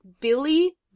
Billy